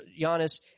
Giannis